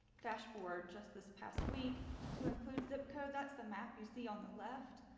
dashboard just this past week to include zip code. that's the map you see on the left.